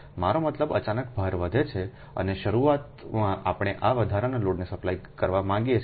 મારો મતલબ અચાનક ભાર વધે છે અને શરૂઆતમાં આપણે આ વધારાના લોડને સપ્લાય કરવા માંગીએ છીએ